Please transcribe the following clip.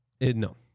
No